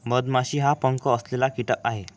मधमाशी हा पंख असलेला कीटक आहे